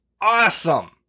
awesome